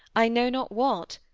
i know not what.